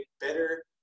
better